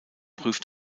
prüft